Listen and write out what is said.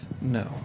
No